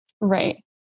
Right